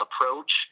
approach